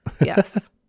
Yes